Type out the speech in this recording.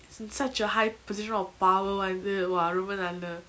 is in such a high position of power வந்து:vanthu !wah! ரொம்ப நல்ல:romba nalla